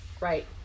Right